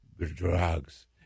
drugs